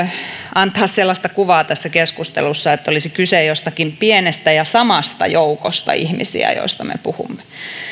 antaa sellaista kuvaa tässä keskustelussa että olisi kyse jostakin pienestä ja samasta joukosta ihmisiä joista me puhumme